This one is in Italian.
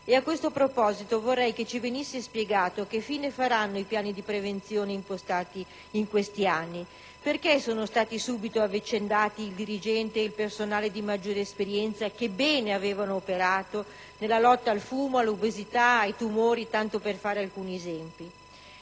A questo proposito, vorrei che ci venisse spiegato che fine faranno i piani di prevenzione impostati in questi anni e perché sono stati subito "avvicendati" il dirigente e il personale di maggiore esperienza, che bene avevano operato nella lotta al fumo, all'obesità, ai tumori, tanto per fare alcuni esempi.